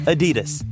Adidas